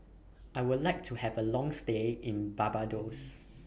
I Would like to Have A Long stay in Barbados